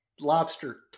lobster